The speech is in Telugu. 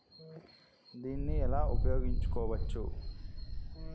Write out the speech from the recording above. దీన్ని ఎలా ఉపయోగించు కోవచ్చు?